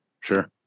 Sure